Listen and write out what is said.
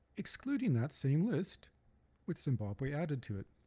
excluding that same list with zimbabwe added to it